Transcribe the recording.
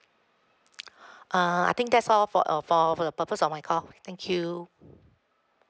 err I think that's all for uh for for the purpose of my call thank you